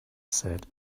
said